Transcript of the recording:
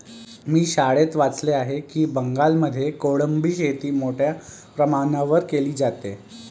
मी शाळेत वाचले आहे की बंगालमध्ये कोळंबी शेती मोठ्या प्रमाणावर केली जाते